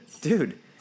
dude